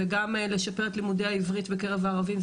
וגם לשפר את לימודי העברית בקרב הערבים,